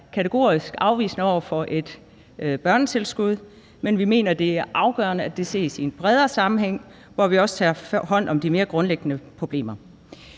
kategorisk afvisende over for et børnetilskud, men vi mener, det er afgørende, at det ses i en bredere sammenhæng, hvor vi også tager hånd om de mere grundlæggende problemer.